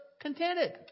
contented